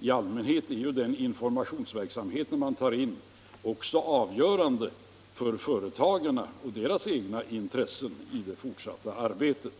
I allmänhet är den information som tas in också värdefull för företagarna och deras intressen i det fortsatta arbetet.